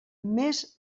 més